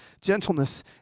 gentleness